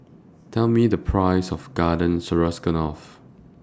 Tell Me The Price of Garden Stroganoff